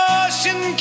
ocean